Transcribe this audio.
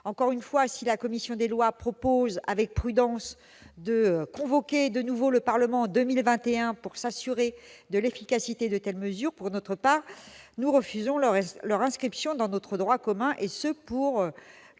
Encore une fois, si la commission des lois propose avec prudence de convoquer de nouveau le Parlement en 2021 pour s'assurer de l'efficacité de telles mesures, nous refusons, pour notre part, leur inscription dans notre droit commun, et ce pour